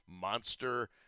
monster